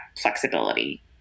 flexibility